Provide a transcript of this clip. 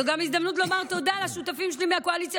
זו גם הזדמנות לומר תודה לשותפים שלי מהקואליציה